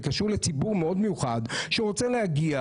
זה קשור לציבור מאוד מיוחד שרוצה להגיע,